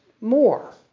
more